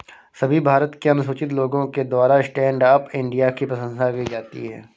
सभी भारत के अनुसूचित लोगों के द्वारा स्टैण्ड अप इंडिया की प्रशंसा की जाती है